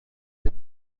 ist